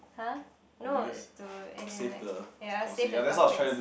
!huh! no it's to as in like ya save the topics